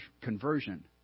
Conversion